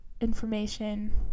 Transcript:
information